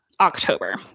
October